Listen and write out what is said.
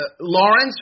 Lawrence